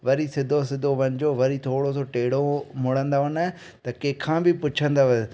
वरी सिधो सिधो वञिजो वरी थोरो सो टेड़ो मुणंदव न त कंहिंखां बि पुछंदव